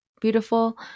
beautiful